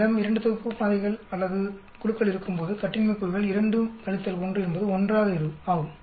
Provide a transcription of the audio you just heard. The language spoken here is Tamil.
நம்மிடம் 2 தொகுப்பு மாதிரிகள் அல்லது குழுக்கள் இருக்கும்போது கட்டின்மை கூறுகள் 2 1 என்பது 1 ஆகும்